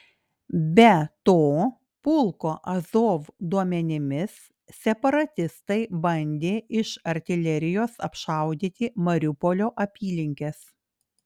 be to pulko azov duomenimis separatistai bandė iš artilerijos apšaudyti mariupolio apylinkes